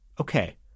Okay